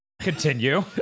Continue